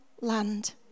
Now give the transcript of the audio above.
land